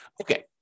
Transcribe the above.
Okay